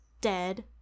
dead